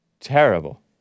Terrible